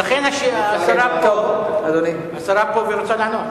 ולכן השרה פה והיא רוצה לענות,